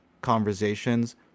conversations